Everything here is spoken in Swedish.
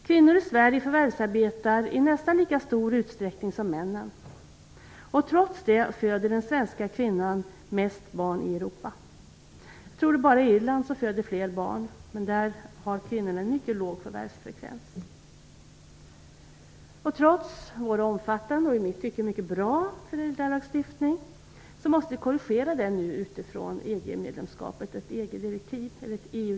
Kvinnor i Sverige förvärvsarbetar i nästan lika stor utsträckning som männen. Trots det föder den svenska kvinnan flest barn i Europa. Jag tror att det bara är i Irland som kvinnorna föder fler barn, men där har de en mycket låg förvärvsfrekvens. Trots vår omfattande och i mitt tycke mycket bra föräldralagstiftning måste vi korrigera den utifrån ett EU-direktiv.